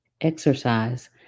exercise